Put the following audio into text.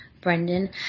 Brendan